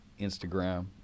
Instagram